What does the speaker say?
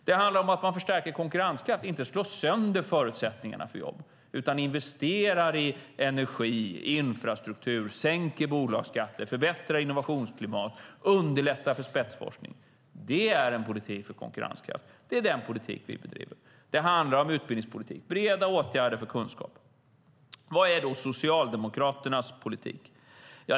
Det handlar om att man förstärker konkurrenskraften, inte slår sönder förutsättningarna för jobb utan investerar i energi och infrastruktur, sänker bolagsskatter, förbättrar innovationsklimat och underlättar för spetsforskning. Det är en politik för konkurrenskraft. Det är den politik som vi bedriver. Det handlar om utbildningspolitik - breda åtgärder för kunskap. Vad är då Socialdemokraternas politik?